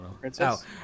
Princess